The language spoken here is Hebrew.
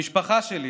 המשפחה שלי,